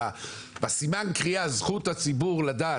בסימן קריאה זכות הציבור לדעת.